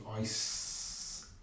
ice